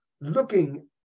looking